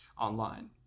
online